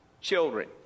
children